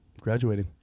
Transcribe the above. graduating